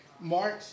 March